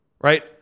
right